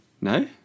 No